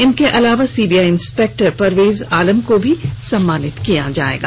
इनके अलावा CBI inspector Parvez Alam को भी सम्मानित किया जायेगा